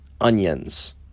onions